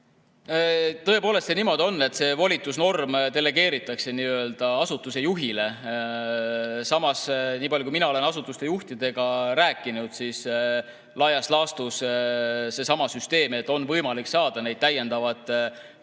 Tõepoolest see niimoodi on, et see volitusnorm delegeeritakse nii‑öelda asutuse juhile. Samas, niipalju kui mina olen asutuste juhtidega rääkinud, siis laias laastus seesama süsteem, et on võimalik saada täiendavat kümmet